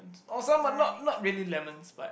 or some are not not really lemons but